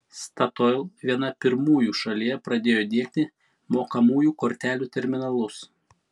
statoil viena pirmųjų šalyje pradėjo diegti mokamųjų kortelių terminalus